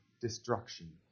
destruction